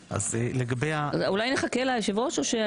אולי נחכה ליושב ראש?